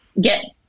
get